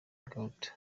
ghouta